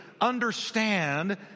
understand